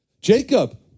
Jacob